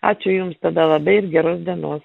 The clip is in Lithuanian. ačiū jums tada labai ir geros dienos